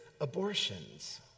abortions